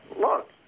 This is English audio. look